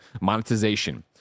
monetization